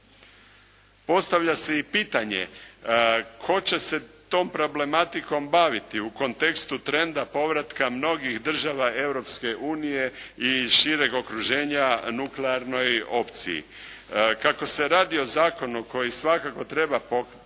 postavlja se i pitanje tko će se tom problematikom baviti u kontekstu trenda povratka mnogih država Europske unije i šireg okruženja nuklearnoj opciji. Kako se radi o zakonu koji svakako treba pozdraviti